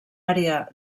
àrea